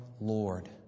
Lord